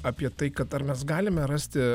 apie tai kad ar mes galime rasti